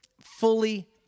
fully